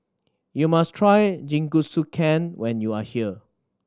you must try Jingisukan when you are here